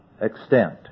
extent